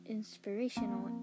inspirational